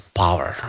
power